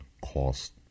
cost